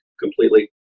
completely